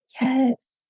Yes